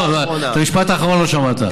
לא, את המשפט האחרון לא שמעת.